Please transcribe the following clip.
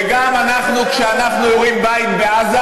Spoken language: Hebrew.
וגם אנחנו, כשאנחנו יורים על בית בעזה,